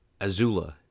Azula